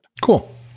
Cool